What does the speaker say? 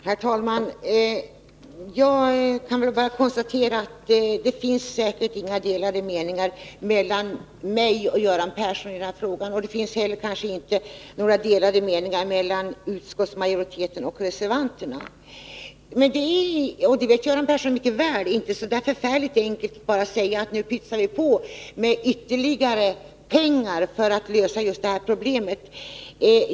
Herr talman! Jag kan bara konstatera att det säkerligen inte finns några delade meningar mellan mig och Göran Persson i denna fråga. Det finns kanske inte heller några delade meningar mellan utskottsmajoriteten och reservanterna. Men det är inte så där förfärligt enkelt att man bara kan säga att nu pytsar vi på med ytterligare pengar för att lösa just det här problemet.